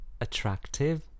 attractive